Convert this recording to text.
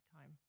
time